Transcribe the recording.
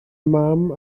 mam